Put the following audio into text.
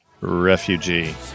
refugee